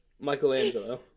Michelangelo